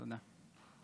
תודה.